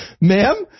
Ma'am